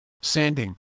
Sanding